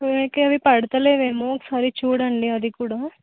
okay అవి పడ్తలేదేమో ఒకసారి చూడండి అది కూడా